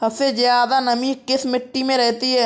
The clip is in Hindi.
सबसे ज्यादा नमी किस मिट्टी में रहती है?